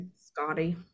scotty